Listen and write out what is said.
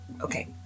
Okay